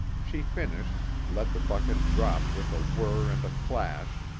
she finished, let the bucket drop with a whirr and a clash,